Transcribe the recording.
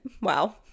wow